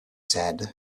said